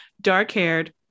dark-haired